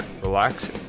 relax